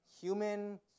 human